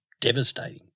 devastating